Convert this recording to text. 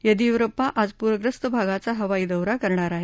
येदीयुरुप्पा आज पूर्यस्त भागाचा हवाई दोरा करणार आहेत